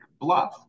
Bluff